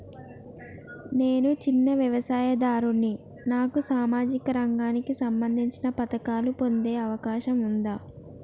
నేను చిన్న వ్యవసాయదారుడిని నాకు సామాజిక రంగానికి సంబంధించిన పథకాలు పొందే అవకాశం ఉందా?